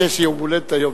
חשבתי שיש לי יום הולדת היום,